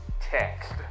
text